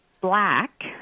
black